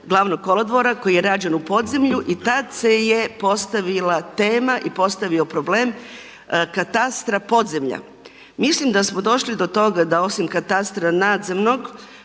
Glavnog kolodvora koji je rađen u podzemlju i tad se je postavila tema i postavio problem katastra podzemlja. Mislim da smo došli do toga da osim katastra nadzemnog